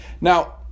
Now